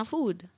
Food